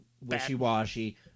wishy-washy